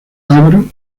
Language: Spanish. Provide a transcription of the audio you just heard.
álvaro